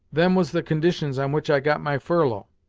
them was the conditions on which i got my furlough,